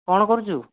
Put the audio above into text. କ'ଣ କରୁଛୁ